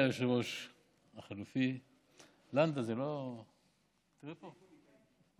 הצעת חוק לעידוד פיתוח טכנולוגיות בחתום הפיננסי בישראל,